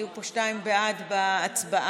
היו פה שניים בעד בהצבעה.